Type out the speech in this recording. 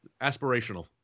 aspirational